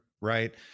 Right